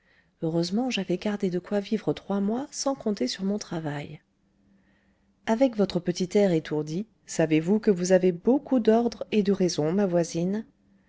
heureusement j'avais gardé de quoi vivre trois mois sans compter sur mon travail avec votre petit air étourdi savez-vous que vous avez beaucoup d'ordre et de raison ma voisine